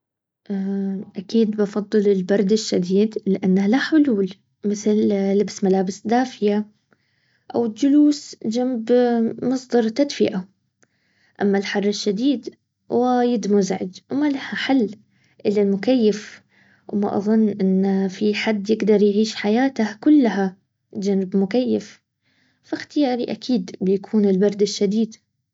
اكيد بفضل البرد الشديد لانها لا حلول مثل لبس ملابس دافية او الجلوس جنب مصدر تدفئة. اما الحر الشديد وايد مزعج وما لها حل الا المكيف وما اظن ان في حد يقدر يعيش حياة كلها جنب مكيف فاختياري اكيد بيكون البرد الشديد